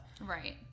Right